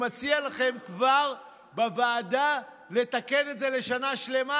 אני מציע לכם לתקן את זה כבר בוועדה לשנה שלמה,